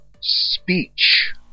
speech